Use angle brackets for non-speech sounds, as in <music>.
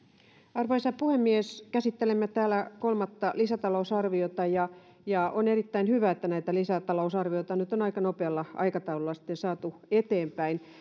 arvoisa puhemies käsittelemme täällä kolmatta lisätalousarviota ja ja on erittäin hyvä että näitä lisätalousarvioita nyt on aika nopealla aikataululla saatu eteenpäin <unintelligible>